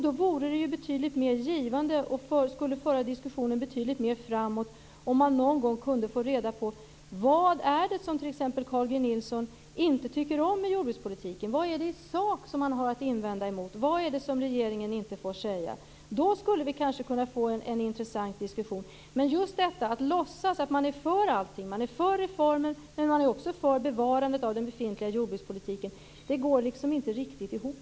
Då vore det betydligt mer givande, och det skulle föra diskussionen betydligt mer framåt, om man någon gång kunde få reda på vad det är som t.ex. Carl G Nilsson inte tycker om i jordbrukspolitiken. Vad är det som han har att invända mot i sak? Vad är det som regeringen inte får säga? Då skulle vi kanske kunna få en intressant diskussion. Men just detta att låtsas att man är för allting - man är för reformer, men man är också för bevarandet av den befintliga jordbrukspolitiken - det går liksom inte riktigt ihop.